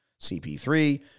CP3